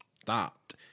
stopped